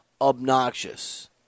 obnoxious